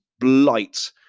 Blight